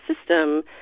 system